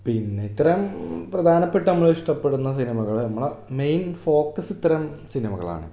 പിന്നെ ഇത്രയും പ്രധാനപ്പെട്ട നമ്മളിഷ്ടപ്പെടുന്ന സിനിമകൾ നമ്മളെ മെയിൻ ഫോക്കസിത്തരം സിനിമകളാണ്